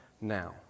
now